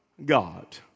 God